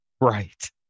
Right